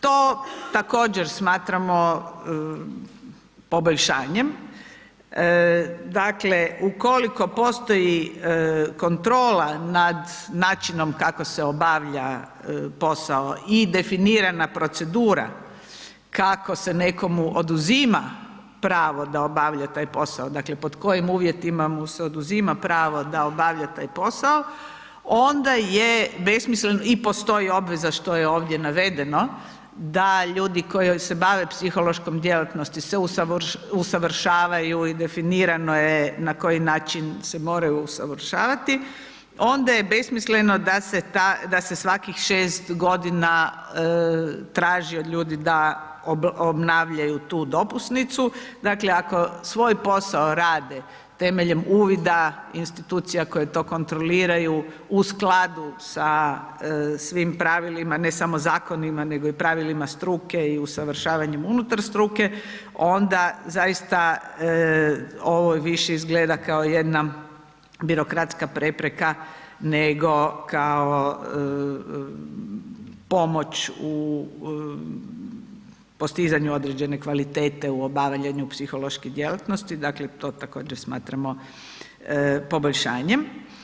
To također smatramo poboljšanjem, dakle ukoliko postoji kontrola nad načinom kako se obavljao posao i definirana procedura, kako se nekomu oduzima pravo da obavlja taj posao, dakle pod kojim uvjetima mu se oduzima pravo da obavlja taj posao, onda je besmislen i postoji obveza što je ovdje navedeno da ljudi koji se bave psihološkom djelatnosti se usavršavaju i definirano je na koji način se moraju usavršavati, onda je besmisleno da se svakih 6 g. traži od ljudi da obnavljaju tu dopusnicu, dakle ako svoj posao rade temeljem uvida institucija koje to kontroliraju u skladu sa svim pravilima, ne samo zakonima nego i pravilima struke i usavršavanju unutar struke, onda zaista ovo više izgleda kao jedna birokratska prepreka nego pomoć u postizanju određene kvalitetu u obavljanju psiholoških djelatnosti, dakle to također smatramo poboljšanjem.